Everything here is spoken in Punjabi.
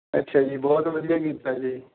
ਅੱਛਾ ਜੀ ਬਹੁਤ ਵਧੀਆ ਕੀਤਾ ਜੀ